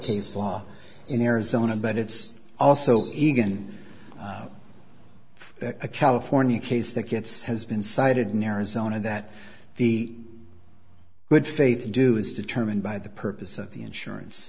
case law in arizona but it's also egon for a california case that gets has been cited in arizona that the good faith to do is determined by the purpose of the insurance